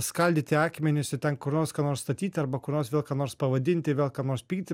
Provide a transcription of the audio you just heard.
skaldyti akmenis ir ten kurnors ką nors statyti arba kurnors vėl ką nors pavadinti vėl ką nors pykdyti